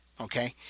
okay